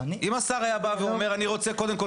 אם השר היה בא ואומר אני רוצה קודם כל